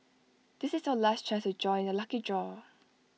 this is your last chance to join the lucky draw